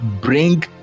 bring